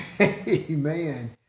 amen